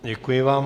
Děkuji vám.